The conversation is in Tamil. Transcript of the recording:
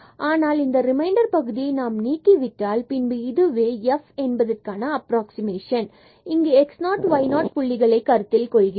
ஆனால் இந்த ரிமைண்டர் பகுதியை நாம் நீக்கி விட்டால் பின்பு இதுவே f என்பதற்கான அப்ராக்ஸிமேஷன் இங்கு x0 y0 புள்ளிகளை கருத்தில் கொள்கிறோம்